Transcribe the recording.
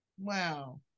Wow